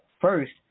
First